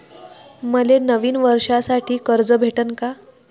मले नवीन वर्षासाठी कर्ज भेटन का?